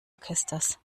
orchesters